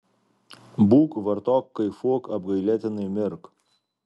būk vartok kaifuok apgailėtinai mirk